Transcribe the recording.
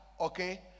okay